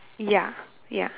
ya ya